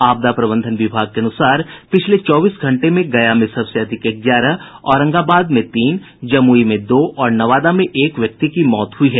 आपदा प्रबंधन विभाग के अनुसार पिछले चौबीस घंटे में गया में सबसे अधिक ग्यारह औरंगबाद में तीन जमुई में दो और नवादा में एक व्यक्ति की मौत हुई है